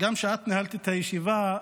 כשאת ניהלת את הישיבה,